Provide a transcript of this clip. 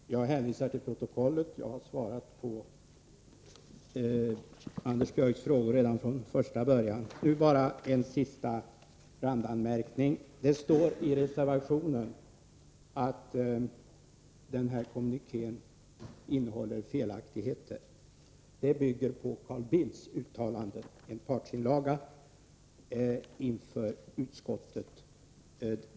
Fru talman! Jag hänvisar till protokollet. Jag har svarat på Anders Björcks frågor redan från första början. Jag vill avsluta med en sista randanmärkning,. I reservationen står det att kommunikén innehåller felaktigheter. Detta bygger på Carl Bildts uttalande och är alltså en partsinlaga inför utskottet.